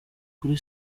kuri